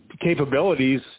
capabilities